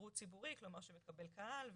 שירות ציבורי, כלומר שהוא מקבל קהל.